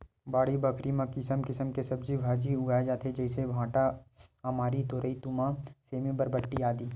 बाड़ी बखरी म किसम किसम के सब्जी भांजी उगाय जाथे जइसे भांटा, अमारी, तोरई, तुमा, सेमी, बरबट्टी, आदि